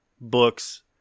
books